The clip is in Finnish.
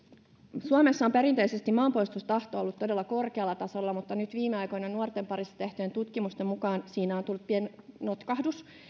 suomessa on perinteisesti maanpuolustustahto ollut todella korkealla tasolla mutta viime aikoina nuorten parissa tehtyjen tutkimusten mukaan siinä on tullut pieni notkahdus